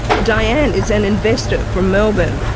diane is an investor from melbourne.